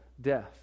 death